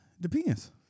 depends